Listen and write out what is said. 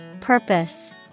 Purpose